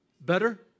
Better